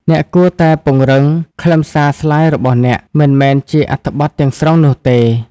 អ្នកគួរតែពង្រឹងខ្លឹមសារស្លាយរបស់អ្នក មិនមែនជាអត្ថបទទាំងស្រុងនោះទេ។